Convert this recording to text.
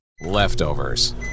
Leftovers